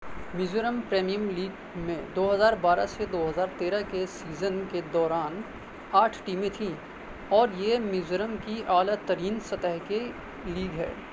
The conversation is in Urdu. میزورم پریمیئر لیگ میں دو ہزار بارہ سے دو ہزار تیرہ کے سیزن کے دوران آٹھ ٹیمیں تھیں اور یہ میزورم کی اعلی ترین سطح کی لیگ ہے